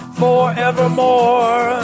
forevermore